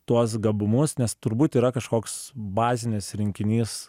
tuos gabumus nes turbūt yra kažkoks bazinis rinkinys